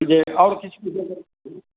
जे आओर किछु के जगह छै